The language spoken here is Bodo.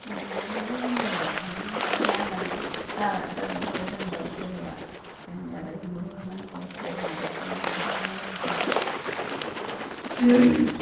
बिदिनो रोंजेनबाय नङाबाथ' नायनानैनो जा जाबाय आरो रोंबाय जेनेबा जोंनियालाय नुयोना न'फ्राव माबोरै सङो माबोरै मायो बेफोरखौ